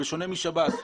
בשונה משב"ס,